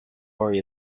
worry